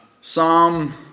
Psalm